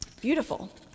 Beautiful